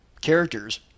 characters